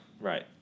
right